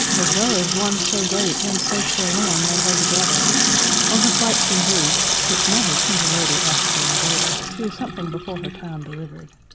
as well as one so great and so forlorn may hold together on her frights and griefs which never tender lady hath borne greater she is, something before her time, deliver'd.